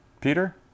Peter